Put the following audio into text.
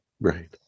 Right